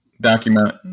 document